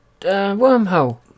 wormhole